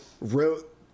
wrote